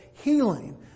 healing